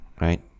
right